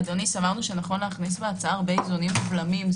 סברו שנכון להכניס להצעה הרבה איזונים ובלמים.